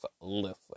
listen